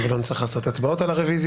וגם לא נצטרך לעשות הצבעות על הרוויזיה.